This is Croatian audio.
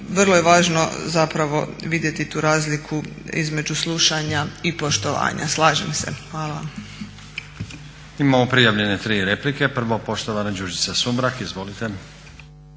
vrlo je važno vidjeti tu razliku između slušanja i poštovanja, slažem se. Hvala vam. **Stazić, Nenad (SDP)** Imamo prijavljene tri replike. Prvo poštovana Đurđica Sumrak. Izvolite.